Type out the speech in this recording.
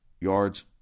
yards